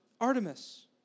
Artemis